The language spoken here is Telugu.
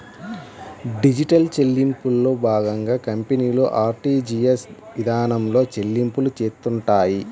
డిజిటల్ చెల్లింపుల్లో భాగంగా కంపెనీలు ఆర్టీజీయస్ ఇదానంలో చెల్లింపులు చేత్తుంటాయి